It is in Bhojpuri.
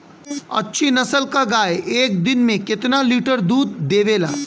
अच्छी नस्ल क गाय एक दिन में केतना लीटर दूध देवे ला?